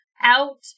out